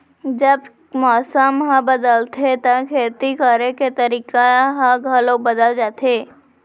जब मौसम ह बदलथे त खेती करे के तरीका ह घलो बदल जथे?